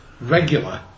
regular